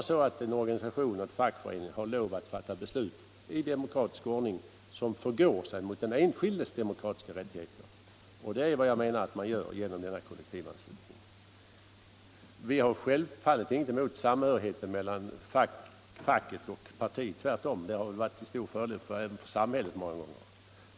En organisation, en fackförening kan inte få fatta beslut ens i demokratisk ordning som förgår sig mot den enskildes demokratiska rättigheter. Och det är vad jag menar att vi tillåter genom den här kollektivanslutningen. Vi har självfallet inget emot samhörigheten mellan facket och partiet —- tvärtom, den har väl många gånger varit en stor fördel för samhället.